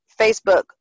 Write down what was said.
Facebook